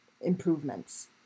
improvements